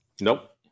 Nope